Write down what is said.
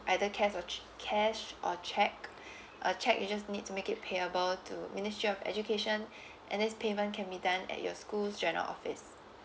either cas~ cash or cheque uh cheque you just need to make it payable to ministry of education and this payment can be done at your school general office